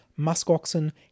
musk-oxen